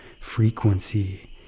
frequency